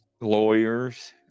lawyers